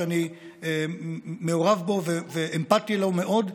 שאני מעורב בו ואמפתי לו מאוד.